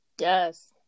Yes